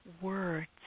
words